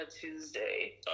Tuesday